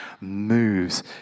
moves